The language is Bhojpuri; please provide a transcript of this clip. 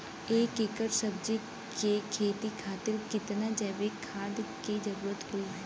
एक एकड़ सब्जी के खेती खातिर कितना जैविक खाद के जरूरत होई?